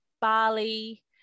Bali